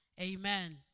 Amen